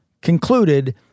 concluded